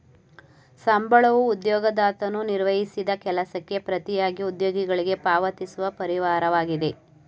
ಸಂಬಳವೂ ಉದ್ಯೋಗದಾತನು ನಿರ್ವಹಿಸಿದ ಕೆಲಸಕ್ಕೆ ಪ್ರತಿಯಾಗಿ ಉದ್ಯೋಗಿಗೆ ಪಾವತಿಸುವ ಪರಿಹಾರವಾಗಿದೆ